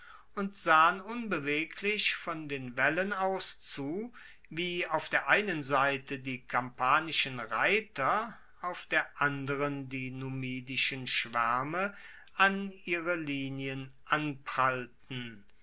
und sahen unbeweglich von den waellen aus zu wie auf der einen seite die kampanischen reiter auf der anderen die numidischen schwaerme an ihre linien anprallten an